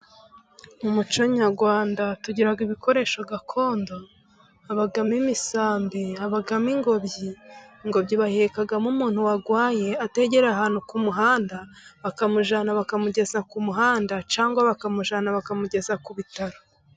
Mu muco nyarwanda tugira ibikoresho gakondo. Habamo imisambi, habamo ingobyi. Ingobyi bahekamo umuntu warwaye ategera ahantu ku muhanda, bakamujyana bakamugeza ku muhanda, cyangwa bakamujyana bakamugeza ku bitaro.